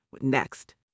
Next